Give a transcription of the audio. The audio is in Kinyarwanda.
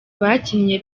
bakinnye